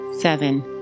seven